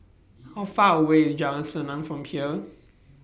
How Far away IS Jalan Senang from here